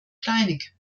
steinig